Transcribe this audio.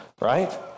Right